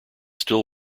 still